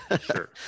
Sure